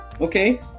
okay